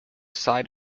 side